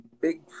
big